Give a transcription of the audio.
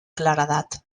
claredat